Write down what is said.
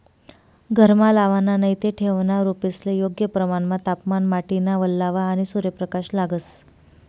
घरमा लावाना नैते ठेवना रोपेस्ले योग्य प्रमाणमा तापमान, माटीना वल्लावा, आणि सूर्यप्रकाश लागस